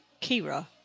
Kira